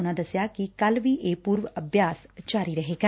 ਉਨਾਂ ਦਸਿਆ ਕਿ ਕੱਲੂ ਵੀ ਇਹ ਪੁਰਵ ਅਭਿਆਸ ਜਾਰੀ ਰਹੇਗਾ